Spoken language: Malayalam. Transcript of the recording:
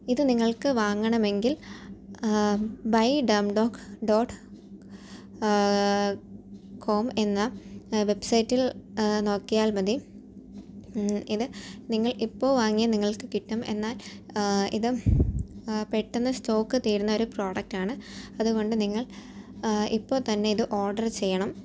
ഇത് നിങ്ങൾക്ക് വാങ്ങണമെങ്കിൽ ബൈ ഡേമ്ഡോക് ഡോട്ട് കോം എന്ന വെബ്സൈറ്റിൽ നോക്കിയാൽ മതി ഇത് നിങ്ങൾ ഇപ്പോൾ വാങ്ങിയാൽ നിങ്ങൾക്ക് കിട്ടും എന്നാൽ ഇത് പെട്ടെന്ന് സ്റ്റോക്ക് തീരുന്ന ഒരു പ്രൊഡക്ടാണ് അതുകൊണ്ട് നിങ്ങൾ ഇപ്പോൾ തന്നെ ഇത് ഓർഡർ ചെയ്യണം